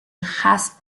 has